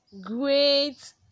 great